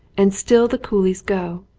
and still the coolies go,